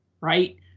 right